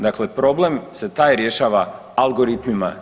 Dakle, problem se taj rješava algoritmima.